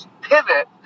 pivot